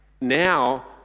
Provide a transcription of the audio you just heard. now